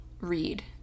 read